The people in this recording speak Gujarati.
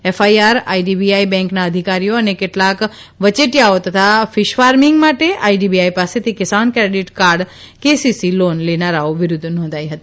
એફઆઇઆર આઇડીબીઆઇ બેંકના અધિકારીઓ અને કેટલાક વચેટીયાઓ તથા ફીશફાર્મિંગ માટે આઇડીબીઆઇ પાસેથી Kisan credit card KCC loan લેનારાઓ વિરૂદ્વ નોંધાઇ હતી